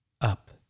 Up